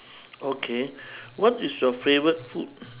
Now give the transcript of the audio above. okay what is your favourite food